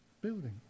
building